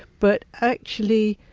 but actually,